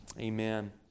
Amen